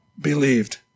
believed